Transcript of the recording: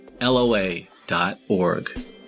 LOA.org